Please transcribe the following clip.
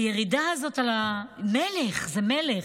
הירידה הזאת על הברכיים, זה מלך,